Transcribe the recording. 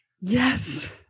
Yes